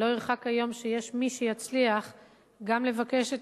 שלא ירחק היום שיש מי שיצליח גם לבקש את